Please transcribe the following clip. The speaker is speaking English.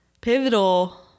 pivotal